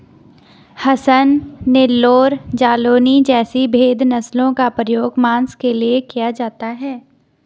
हसन, नेल्लौर, जालौनी जैसी भेद नस्लों का प्रयोग मांस के लिए किया जाता है